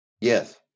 Yes